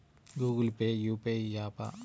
Google Pay UPI య్యాపా?